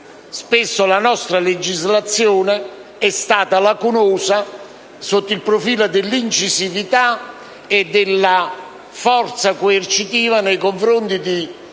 spesso la nostra legislazione è stata lacunosa sotto il profilo dell'incisività e della forza coercitiva nei confronti dei